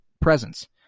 presence